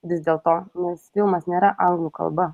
vis dėlto nes filmas nėra anglų kalba